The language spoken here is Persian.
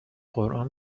قرآن